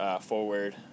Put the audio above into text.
forward